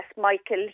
Michael